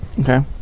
okay